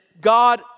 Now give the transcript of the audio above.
God